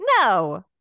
No